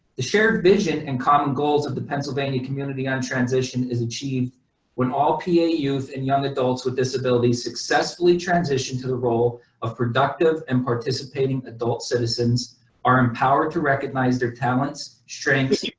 the shared vision and common goals of the pennsylvania community on transition is achieved when all pa yeah youth and young adults with disabilities successfully transition to the role of productive and participating adult citizens are empowered to recognize their talents. strengths